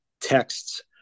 texts